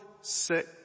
sick